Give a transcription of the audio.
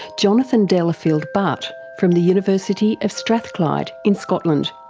jonathan delafield-butt from the university of strathclyde in scotland.